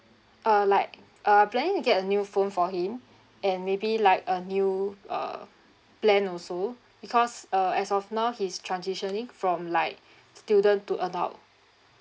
uh like uh planning to get a new phone for him and maybe like a new uh plan also because uh as of now he's transitioning from like student to adult